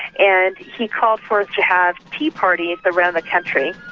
and he called for us to have tea parties around the country.